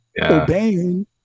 obeying